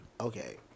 okay